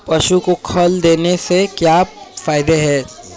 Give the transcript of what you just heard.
पशु को खल देने से क्या फायदे हैं?